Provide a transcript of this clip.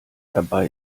dabei